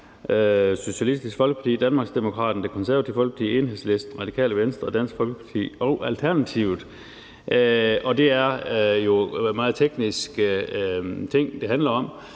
Socialistisk Folkeparti, Danmarksdemokraterne, Det Konservative Folkeparti, Enhedslisten, Radikale Venstre, Dansk Folkeparti og Alternativet. Det er jo meget tekniske ting, det handler om.